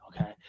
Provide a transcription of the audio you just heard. okay